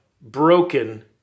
broken